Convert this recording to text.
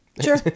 Sure